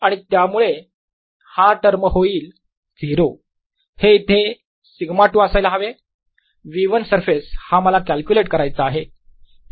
आणि त्यामुळे हा टर्म होईल 0 हे इथे σ2 असायला हवे V1 सरफेस हा मला कॅल्क्युलेट करायचा आहे